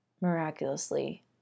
miraculously